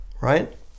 right